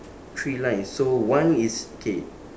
three lines so one is okay